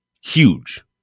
Huge